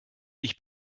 ich